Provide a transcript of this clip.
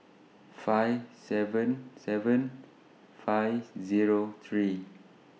five seven seven five Zero three